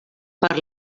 per